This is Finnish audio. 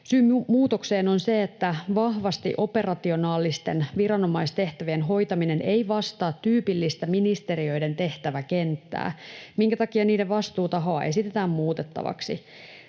Syy muutokseen on se, että vahvasti operationaalisten viranomaistehtävien hoitaminen ei vastaa tyypillistä ministeriöiden tehtäväkenttää, minkä takia niiden vastuutahoa esitetään muutettavaksi.